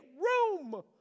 room